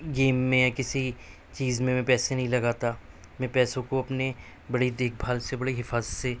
game میں یا کسی چیز میں میں پیسے نہیں لگاتا میں پیسوں کو اپنے بڑی دیکھ بھال سے بڑی حفاظت سے